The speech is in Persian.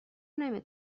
نمی